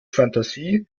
fantasie